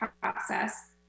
process